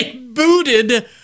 booted